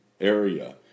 area